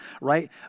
right